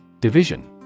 Division